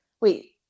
wait